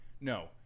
No